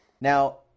now